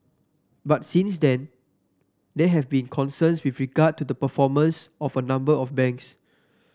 but since then there have been concerns with regard to the performance of a number of banks